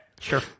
sure